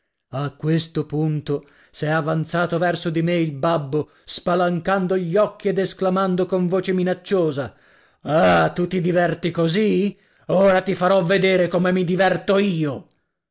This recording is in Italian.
a questo punto s'è avanzato verso di me il babbo spalancando gli occhi ed esclamando con voce minacciosa ah tu ti diverti così ora ti farò vedere come mi diverto io